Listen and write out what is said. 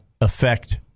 affect